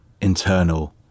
internal